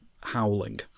howling